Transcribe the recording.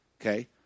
Okay